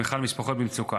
בתמיכה במשפחות במצוקה.